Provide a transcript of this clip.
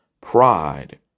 pride